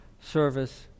service